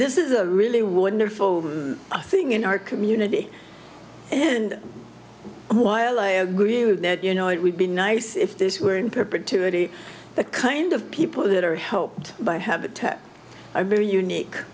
this is a really wonderful thing in our community and while i agree with that you know it would be nice if this were in perpetuity the kind of people that are helped by habitat i'm very unique